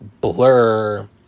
Blur